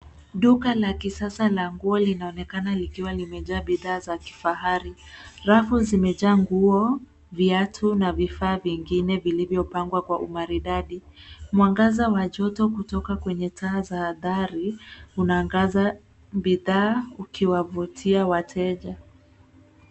Duka la kisasa la nguo linaonekana likiwa limejaa bidhaa za kifahari. Rafu zimejaa nguo, viatu na vifaa vingine vilivyopangwa kwa umaridadi. Mwangaza wa joto kutoka kwenye taa za dari unaangaza bidhaa ukiwavutia wateja.